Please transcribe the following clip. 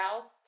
south